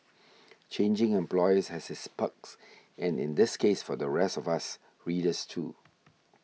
changing employers has its perks and in this case for the rest of us readers too